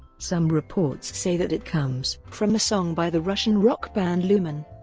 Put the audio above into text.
some reports say that it comes from a song by the russian rock band lumen.